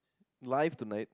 life tonight